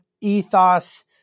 ethos